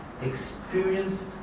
experienced